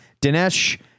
Dinesh